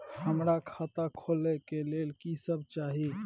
हमरा खाता खोले के लेल की सब चाही?